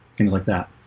things like that,